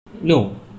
No